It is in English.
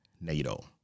NATO